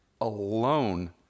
alone